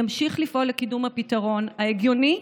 נמשיך לפעול לקידום הפתרון ההגיוני,